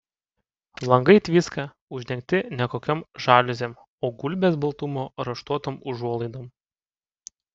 langai tviska uždengti ne kokiom žaliuzėm o gulbės baltumo raštuotom užuolaidom